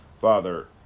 Father